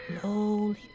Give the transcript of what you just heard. slowly